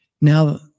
Now